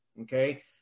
okay